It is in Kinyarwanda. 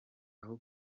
aho